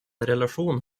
relation